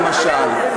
למשל.